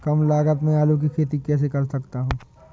कम लागत में आलू की खेती कैसे कर सकता हूँ?